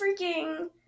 freaking